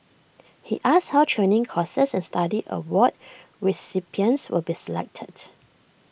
he asked how training courses and study award recipients will be selected